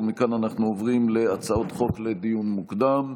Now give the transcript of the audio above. מכאן אנחנו עוברים להצעות חוק לדיון מוקדם.